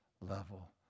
level